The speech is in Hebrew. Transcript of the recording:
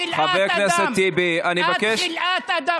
את חלאת אדם, את חלאת אדם.